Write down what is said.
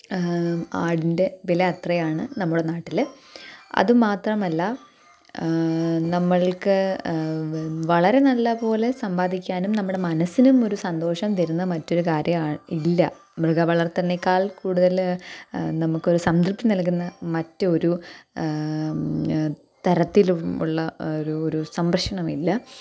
ആടിൻ്റെ വില അത്രയാണ് നമ്മുടെ നാട്ടിൽ അത് മാത്രമല്ല നമ്മൾക്ക് വളരെ നല്ലപോലെ സമ്പാദിക്കാനും നമ്മുടെ മനസ്സിനും ഒരു സന്തോഷം തരുന്ന മറ്റൊരു കാര്യം ഇല്ല മൃഗ വളർത്തലിനേക്കാൾ കൂടുതൽ നമുക്കൊരു സംതൃപ്തി നൽകുന്ന മറ്റൊരു തരത്തിലും ഉള്ള ഒരു ഒരു സംരക്ഷണമില്ല